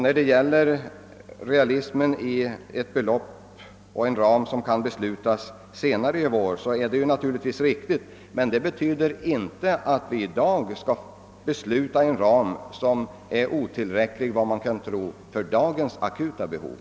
När det gäller realismen i ett belopp eller en ram som det kan fattas beslut om senare i vår, är det naturligtvis riktigt att bättre underlag dåmera föreligger, men det betyder inte att vi i dag bör besluta en ram som är otillräcklig för dagens akuta behov.